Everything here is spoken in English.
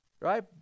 right